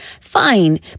Fine